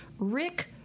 Rick